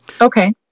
okay